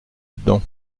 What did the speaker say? dedans